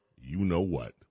you-know-what